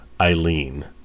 Eileen